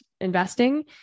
investing